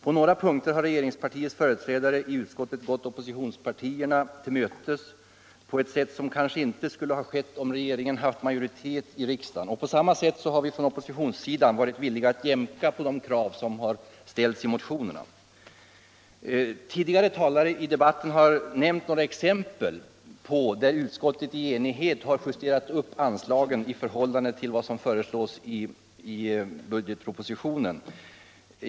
På några punkter har regeringspartiets företrädare i utskottet gått oppositionspartierna till mötes på ett sätt som kanske inte skulle ha skett om regeringen haft majoritet i riksdagen. På samma sätt har vi från oppositionssidan varit villiga att jämka på de krav som ställts i motionerna. Tidigare talare i debatten har nämnt några exempel där utskottet i enighet har justerat upp anslagen i förhållande till vad som föreslås i budgetpropositionen.